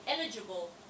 eligible